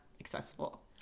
accessible